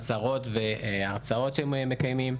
הרצאות שהם מקיימים,